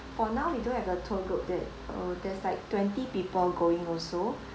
for now we do have a tour group that uh there's like twenty people going also